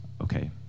Okay